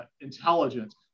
intelligence